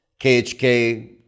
KHK